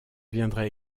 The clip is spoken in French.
viendrait